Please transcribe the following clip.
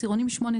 עשירונים 8,